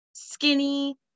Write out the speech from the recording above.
Skinny